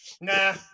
nah